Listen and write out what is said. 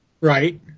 Right